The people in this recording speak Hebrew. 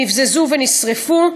נבזזו ונשרפו.